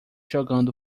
jogando